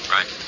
Right